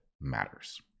matters